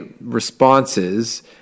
responses